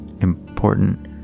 important